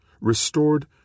restored